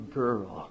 girl